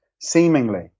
seemingly